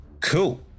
Cool